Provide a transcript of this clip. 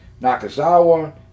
Nakazawa